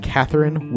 Catherine